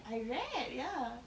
I read ya